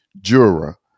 juror